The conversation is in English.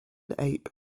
ape